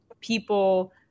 people